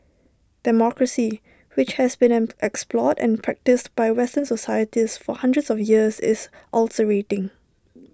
democracy which has been an explored and practised by western societies for hundreds of years is ulcerating